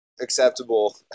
acceptable